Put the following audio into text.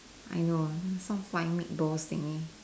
I know some flying meatballs thingy